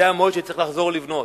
זה המועד שבו צריך לחזור לבנות.